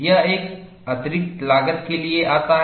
यह एक अतिरिक्त लागत के लिए आता है